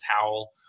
towel